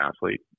athlete